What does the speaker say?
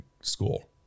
school